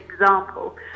example